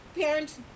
parents